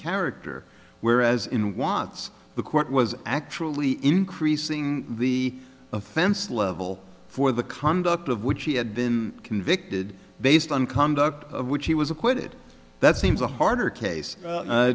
character whereas in watts the court was actually increasing the offense level for the conduct of which he had been convicted based on conduct of which he was acquitted that seems a harder case